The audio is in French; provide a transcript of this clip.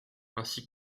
ainsi